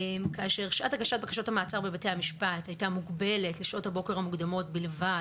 שעת הגשת בקשות המעצר בבתי משפט הייתה מוגבלת לשעות הבוקר המוקדמות בלבד